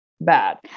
bad